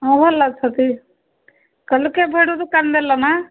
ଆଉ ଭଲ ଟି କହିଲ କେବେଠୁ କାମ ଦେଲ ମାଆ